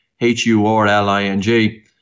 H-U-R-L-I-N-G